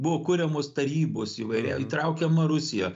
į buvo kuriamos tarybos įvairiau įtraukiama rusija